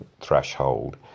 threshold